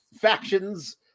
factions